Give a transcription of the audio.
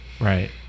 Right